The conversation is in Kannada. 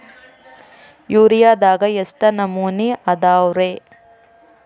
ಯೂರಿಯಾದಾಗ ಎಷ್ಟ ನಮೂನಿ ಅದಾವ್ರೇ?